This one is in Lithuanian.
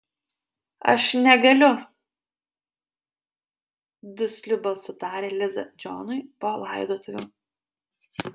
aš negaliu dusliu balsu tarė liza džonui po laidotuvių